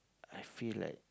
I feel like